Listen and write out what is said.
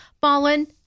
fallen